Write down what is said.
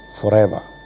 forever